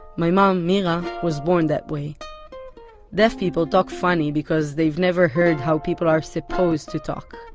my mom, mira, was born that way deaf people talk funny because they've never heard how people are supposed to talk.